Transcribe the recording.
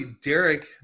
Derek